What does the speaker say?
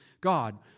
God